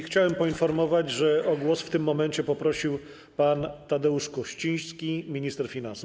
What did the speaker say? Chciałem poinformować, że o głos w tym momencie poprosił pan Tadeusz Kościński, minister finansów.